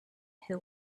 who